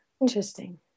interesting